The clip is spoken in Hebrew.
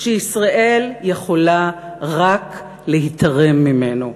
שישראל יכולה רק להיתרם ממנו.